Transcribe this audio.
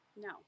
No